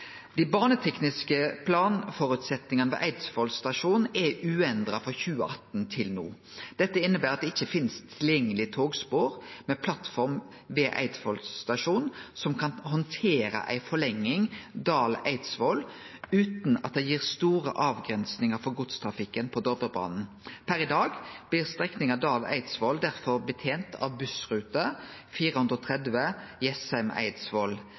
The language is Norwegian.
Dei banetekniske planføresetnadene på Eidsvoll stasjon er uendra frå 2018 til no. Dette inneber at det ikkje finst tilgjengelege togspor med plattform ved Eidsvoll stasjon som kan handtere ei forlenging Dal–Eidsvoll utan at det gir store avgrensingar for godstrafikken på Dovrebanen. Per i dag blir strekninga Dal–Eidsvoll derfor betent av bussrute